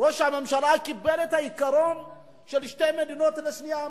ראש הממשלה קיבל את העיקרון של שתי מדינות לשני עמים,